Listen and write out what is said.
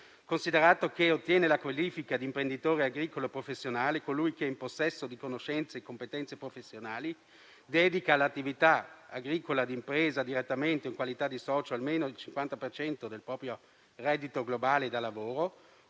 interne e montane. La qualifica di imprenditore agricolo professionale stretta a colui che, in possesso di conoscenze e competenze professionali, dedica all'attività agricola di impresa, direttamente o in qualità di socio, almeno il 50 per cento del proprio reddito globale da lavoro